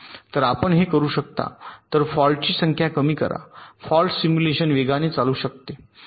तर आपण हे करू शकता तर फॉल्टची संख्या कमी करा फॉल्ट सिम्युलेशन वेगाने चालू शकते